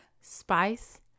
spice